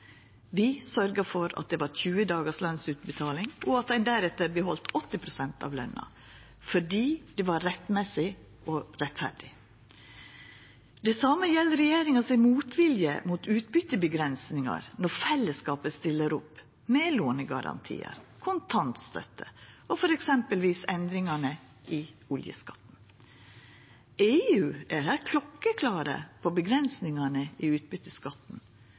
Vi sørgde for at dette vart til 20 dagars lønsutbetaling, og at ein deretter beheldt 80 pst. av løna – fordi det var rettmessig og rettferdig. Det same gjeld regjeringa sin motvilje mot utbyteavgrensingar når fellesskapet stiller opp med lånegarantiar, kontantstøtte og eksempelvis endringane i oljeskatten. EU er her klokkeklare på avgrensingane i utbyteskatten,